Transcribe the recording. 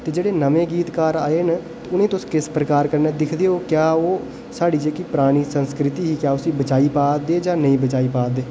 कि जेह्ड़े नमें गीतकार आये न उ'नें ई तुस किस प्रकार कन्नै दिक्खदे ओ क्या ओह् साढ़ी जेह्ड़ी परानी संस्कृति ही क्या उसी बचाई पा दे न जां नेईं बचाई पा दे